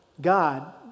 God